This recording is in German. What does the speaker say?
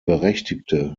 berechtigte